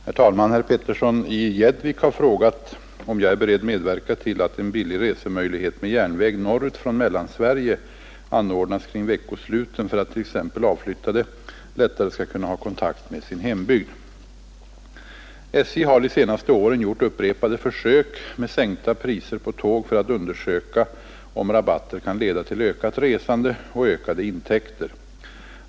Herr talman! Herr Petersson i Gäddvik har frågat om jag är beredd medverka till att en billig resemöjlighet med järnväg norrut från Mellansverige anordnas kring veckosluten för att t.ex. avflyttade lättare skall kunna ha kontakt med sin hembygd. SJ har de senaste åren gjort upprepade försök med sänkta priser på tåg för att undersöka om rabatter kan leda till ökat resande och ökade intäkter.